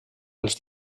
els